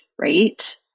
right